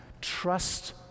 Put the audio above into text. Trust